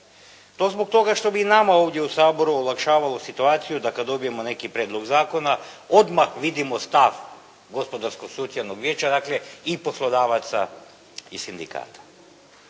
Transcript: To zbog toga što bi i nama ovdje u Saboru olakšavao situaciju da kad dobijemo neki prijedlog zakona odmah vidimo stav Gospodarsko-socijalnog vijeća, dakle i poslodavaca i sindikata.